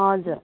हजुर